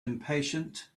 impatient